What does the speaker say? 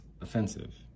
offensive